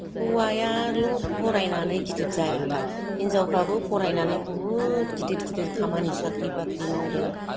हौवायाल' फरायनानै गिदिर जाया दा हिनजावफ्राबो फरायनानै बुहुद गिदिर गिदिर खामानि साख्रि बाख्रि मावदों